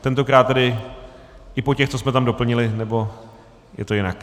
Tentokrát i po těch, co jsme tam doplnili, nebo je to jinak?